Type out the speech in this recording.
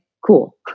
cool